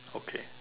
okay